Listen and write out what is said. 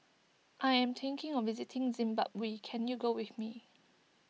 I am thinking of visiting Zimbabwe can you go with me